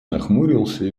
нахмурился